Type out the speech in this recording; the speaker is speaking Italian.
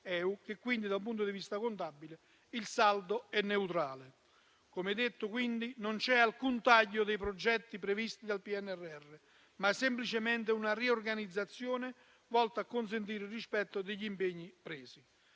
EU, quindi da un punto di vista contabile il saldo è neutrale. Come detto, quindi, non c'è alcun taglio dei progetti previsti dal PNRR, ma è semplicemente una riorganizzazione volta a consentire il rispetto degli impegni presi.